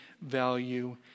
value